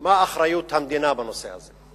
מה אחריות המדינה בנושא הזה.